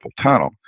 tunnel